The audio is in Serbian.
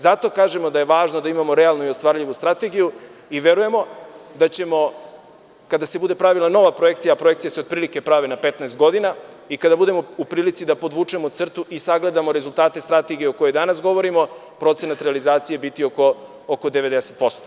Zato kažemo da je važno da imamo realnu i ostvarljivu Strategiju, i verujemo da ćemo, kada se bude pravila nova projekcija, a projekcije se otprilike prave na 15 godina, i kada budemo u prilici da podvučemo crtu i sagledamo rezultate strategije o kojoj danas govorimo, procenat realizacije biti oko 90%